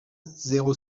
zéro